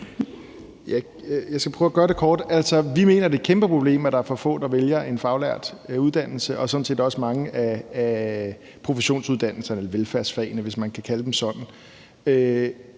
Vi mener, det er et kæmpeproblem, at der er for få, der vælger en faglært uddannelse og sådan set også mange af professionsuddannelserne eller velfærdsfagene, hvis man kan kalde dem det.